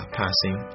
passing